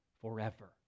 forever